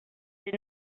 did